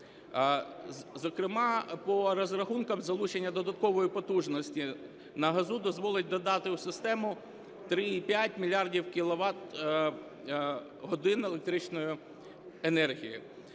Зокрема, по розрахунках залучення додаткової потужності на газу дозволить додати у систему 3,5 мільярдів кіловат-годин електричної енергії.